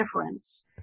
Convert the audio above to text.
difference